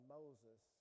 Moses